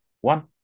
one